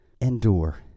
endure